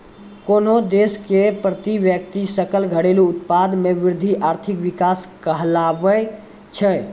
कोन्हो देश के प्रति व्यक्ति सकल घरेलू उत्पाद मे वृद्धि आर्थिक विकास कहलाबै छै